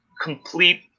complete